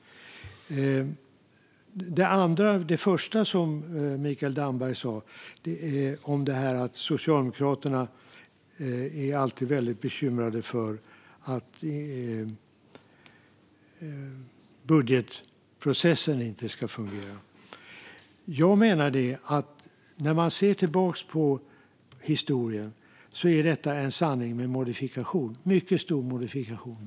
Mikael Damberg sa att Socialdemokraterna alltid är väldigt bekymrade över att budgetprocessen inte ska fungera. När man ser tillbaka på historien menar jag att detta är en sanning med mycket stor modifikation.